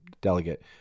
delegate